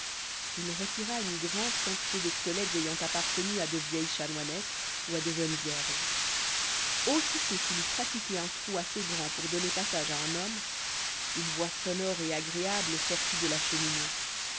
il relira une grande quantité de squelettes ayant appartenu à de vieilles chanoinesses ou à de jeunes vierges aussitôt qu'il eut pratiqué un trou assez grand pour donner passage à un homme une voix sonore et agréable sortit de la cheminée